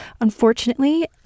Unfortunately